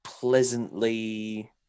pleasantly